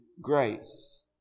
grace